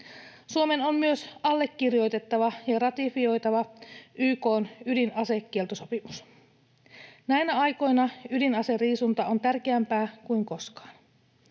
Suomen on myös allekirjoitettava ja ratifioitava YK:n ydinasekieltosopimus. Näinä aikoina ydinaseriisunta on tärkeämpää kuin koskaan.